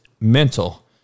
mental